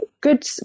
good